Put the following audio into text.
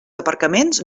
aparcaments